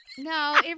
No